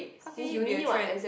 how can it be a trend